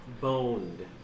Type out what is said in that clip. Boned